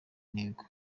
intego